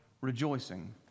rejoicing